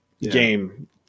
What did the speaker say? Game